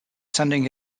sending